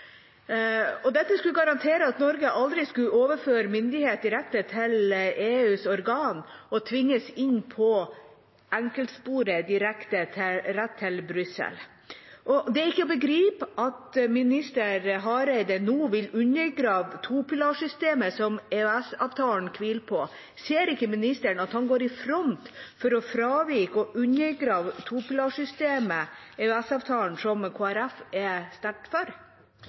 Dette skulle garantere at Norge aldri skulle overføre myndighet direkte til EUs organer og tvinges inn på enkeltsporet, rett til Brussel. Det er ikke til å begripe at statsråd Hareide nå vil undergrave topilarsystemet som EØS-avtalen hviler på. Ser ikke statsråden at han går i front for å fravike og undergrave topilarsystemet i EØS-avtalen, som Kristelig Folkeparti har stemt for?